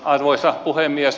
arvoisa puhemies